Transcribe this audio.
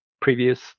previous